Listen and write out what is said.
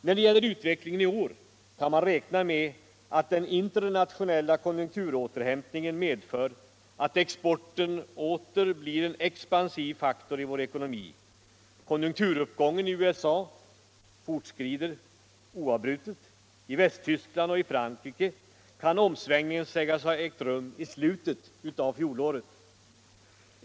När det gäller utvecklingen i år kan man räkna med att den internationella konjunkturåterhämtningen medför att exporten åter blir en expansiv faktor i vår ekonomi. Konjunkturuppgången i USA fortskrider oavbrutet. I Västtyskland och Frankrike kan omsvängningen sägas ha ägt rum i slutet av fjolåret.